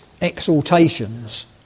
exhortations